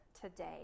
today